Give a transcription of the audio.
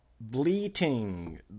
bleating